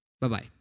Bye-bye